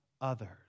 others